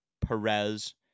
Perez